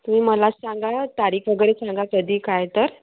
तुम्ही मला सांगा तारीख वगैरे सांगा कधी काय तर